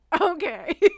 okay